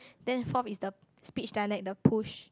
then forth is the speech dialect the push